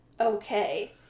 Okay